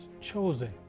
chosen